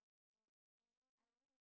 ya and then